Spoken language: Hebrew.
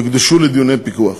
יוקדשו לדיוני פיקוח.